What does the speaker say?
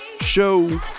show